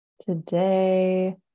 Today